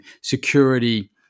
security